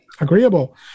agreeable